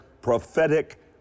prophetic